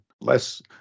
less